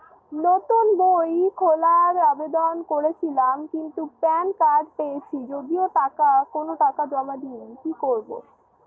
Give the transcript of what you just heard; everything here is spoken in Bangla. নতুন বই খোলার আবেদন করেছিলাম কিন্তু প্যান কার্ড পেয়েছি যদিও কোনো টাকা জমা দিইনি কি করব?